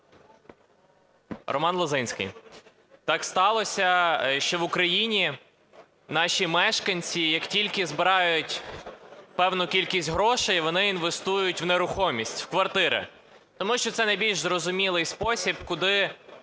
Роман Лозинський. Так сталося, що в Україні наші мешканці як тільки збирають певну кількість грошей, вони інвестують в нерухомість, в квартири. Тому що це найбільш зрозумілий спосіб, куди